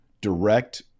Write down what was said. direct